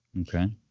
Okay